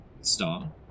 Star